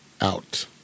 out